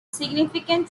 significant